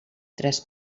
tres